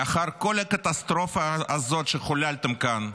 לאחר כל הקטסטרופה הזאת שחוללתם כאן,